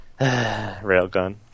railgun